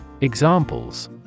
Examples